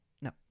No